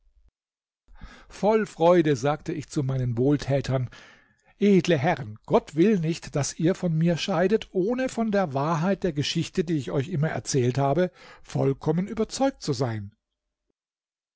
voll freude sagte ich zu meinen wohltätern edle herren gott will nicht daß ihr von mir scheidet ohne von der wahrheit der geschichte die ich euch immer erzählt habe vollkommen überzeugt zu sein